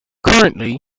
currently